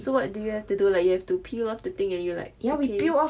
so what do you have to do like you have to peel off the thing and you like okay